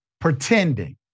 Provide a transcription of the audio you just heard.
pretending